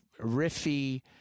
riffy